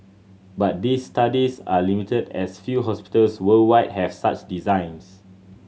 but these studies are limited as few hospitals worldwide have such designs